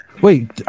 Wait